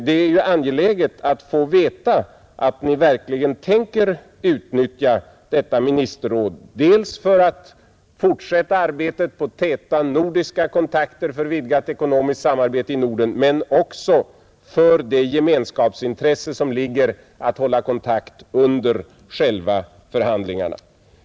Det är angeläget att få veta om ni verkligen tänker utnyttja detta ministerråd dels för att fortsätta arbetet på täta nordiska kontakter för vidgat ekonomiskt samarbete i Norden, dels för det gemenskapsintresse som ligger i att hålla kontakt under själva förhandlingarna.